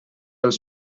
els